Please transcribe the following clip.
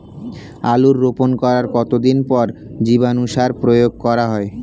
আলু রোপণ করার কতদিন পর জীবাণু সার প্রয়োগ করা হয়?